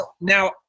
Now